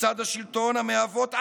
מצד השלטון, המהוות אנטי-טרור,